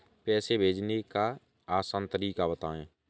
पैसे भेजने का आसान तरीका बताए?